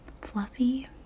fluffy